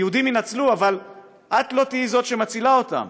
היהודים יינצלו אבל את לא תהיי זאת שמצילה אותם.